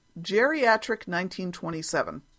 Geriatric1927